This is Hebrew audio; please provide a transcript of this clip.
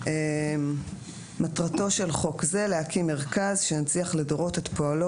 המוזיאון שהוקם לפי סעיף